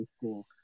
cool